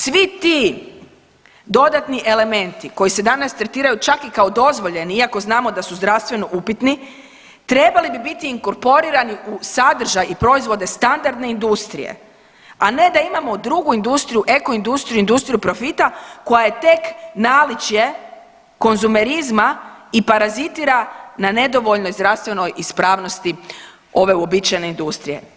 Svi ti dodatni elementi koji se danas tretiraju čak i kao dozvoljeni, iako znamo da su zdravstveno upitni trebali bi biti inkorporirani u sadržaj i proizvode standardne industrije, a ne da imamo drugu industriju, eko industriju, industriju profita koja je tek naličje konzumerizma i parazitira na nedovoljnoj zdravstvenoj ispravnosti ove uobičajene industrije.